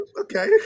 Okay